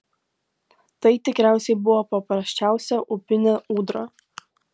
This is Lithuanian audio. tai tikriausiai buvo paprasčiausia upinė ūdra